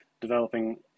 developing